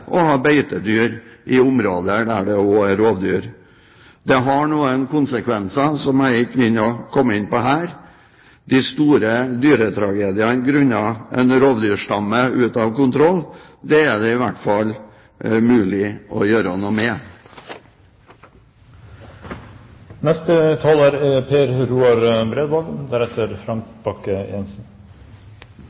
å ha beitedyr i områder der det også er rovdyr. Det har noen konsekvenser som jeg ikke vil komme inn på her. De store dyretragediene grunnet en rovdyrstamme ute av kontroll er det i hvert fall mulig å gjøre noe